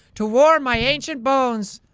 to warm my ancient bones.